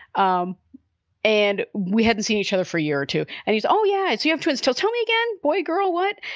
um and we hadn't seen each other for year or two. and he's. oh, yeah. so you have to instill tell me again, boy. girl what?